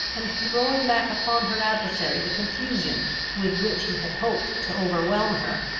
and throwing back upon her adversary the confusion with which he had hoped to overwhelm her,